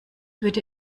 würde